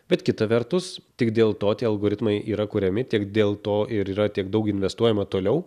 bet kita vertus tik dėl to tie algoritmai yra kuriami tik dėl to ir yra tiek daug investuojama toliau